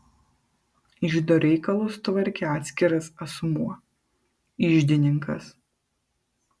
iždo reikalus tvarkė atskiras asmuo iždininkas